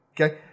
Okay